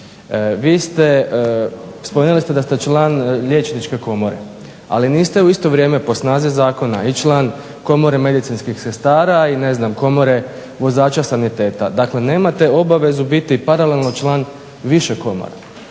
strane, spomenuli ste da ste član Liječničke komore ali niste u isto vrijeme po snazi zakona i član Komore medicinskih sestara i Komore vozača saniteta, dakle nemate obavezu biti paralelno član više komora.